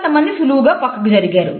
కొంతమంది సులువుగా పక్కకు జరిగారు